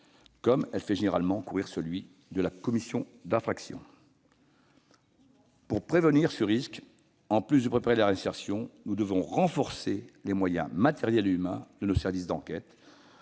comme elle fait plus généralement courir celui de la commission d'infractions. Ou non ! Pour prévenir ce risque, en plus de préparer la réinsertion, nous devons renforcer les moyens matériels et humains de nos services d'enquête,